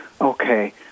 Okay